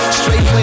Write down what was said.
straight